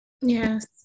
Yes